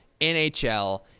NHL